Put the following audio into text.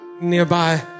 nearby